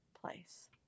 place